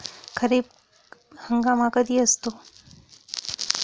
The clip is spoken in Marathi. खरीप हंगाम हा कधी असतो?